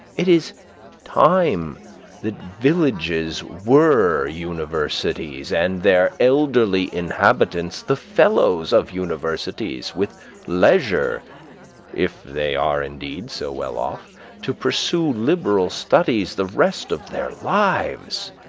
it is time that villages were universities, and their elder inhabitants the fellows of universities, with leisure if they are, indeed, so well off to pursue liberal studies the rest of their lives.